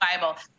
Bible